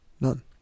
None